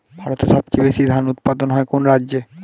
ভারতের সবচেয়ে বেশী ধান উৎপাদন হয় কোন রাজ্যে?